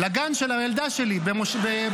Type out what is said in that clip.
לגן של הילדה שלי במושב.